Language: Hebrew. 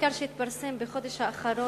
מחקר שהתפרסם בחודש האחרון